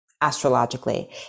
astrologically